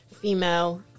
female